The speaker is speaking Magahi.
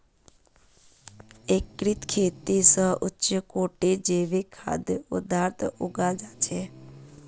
एकीकृत खेती स उच्च कोटिर जैविक खाद्य पद्दार्थ उगाल जा छेक